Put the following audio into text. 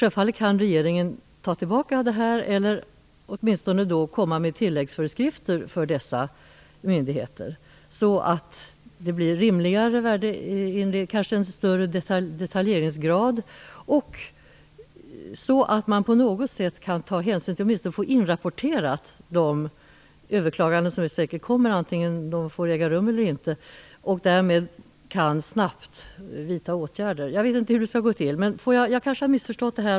Självfallet kan regeringen ta tillbaka detta eller åtminstone komma med tilläggsföreskrifter för dessa myndigheter så att det blir rimligare värden, kanske större detaljeringsgrad, och så att man tar hänsyn till eller åtminstone får inrapporterat de överklaganden som säkert kommer, antingen de får äga rum eller inte, och därmed snabbt kan vidta åtgärder. Jag vet inte hur det skall gå till. Jag kanske har missförstått detta.